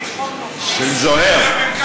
של זוהיר.